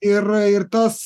ir ir tas